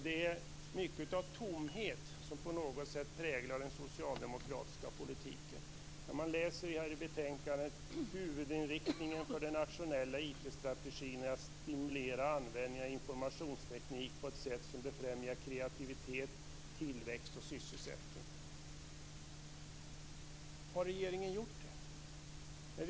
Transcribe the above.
Det är mycket av tomhet som präglar den socialdemokratiska politiken. Man kan läsa i betänkandet att huvudinriktningen på den nationella IT-strategin är att stimulera användningen av informationsteknik på ett sätt som befrämjar kreativitet, tillväxt och sysselsättning. Har regeringen gjort det?